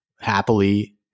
happily